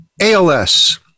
ALS